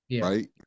right